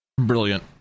Brilliant